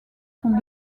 sont